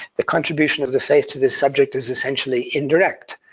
the contribution of the faith to this subject is essentially indirect,